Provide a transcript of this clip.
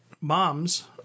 moms